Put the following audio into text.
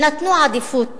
נתנו עדיפות